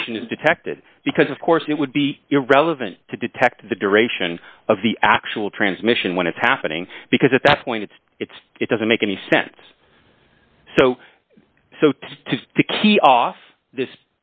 duration is detected because of course it would be irrelevant to detect the duration of the actual transmission when it's happening because at that point it's it's it doesn't make any sense so the key off this